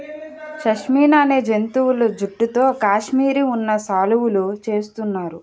షష్మినా అనే జంతువుల జుట్టుతో కాశ్మిరీ ఉన్ని శాలువులు చేస్తున్నారు